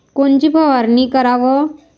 कोनची फवारणी कराव?